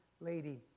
lady